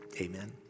Amen